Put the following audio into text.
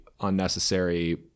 unnecessary